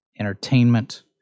Entertainment